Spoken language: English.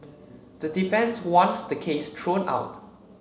the defence wants the case thrown out